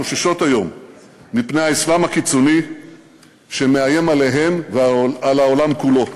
חוששות היום מפני האסלאם הקיצוני שמאיים עליהן ועל העולם כולו.